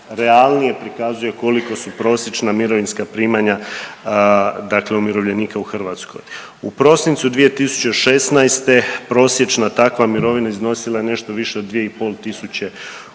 najrealnije prikazuje koliko su prosječna mirovinska primanja dakle umirovljenika u Hrvatskoj. U prosincu 2016. prosječna takva mirovina iznosila je nešto više od 2500 kuna.